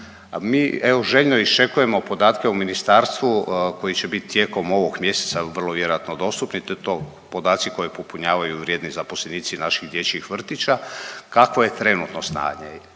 evo željno iščekujemo podatke u ministarstvu koji će biti tijekom ovog mjeseca vrlo vjerojatno dostupni. To podaci koje popunjavaju vrijedni zaposlenici naših dječjih vrtića, kakvo je trenutno stanje.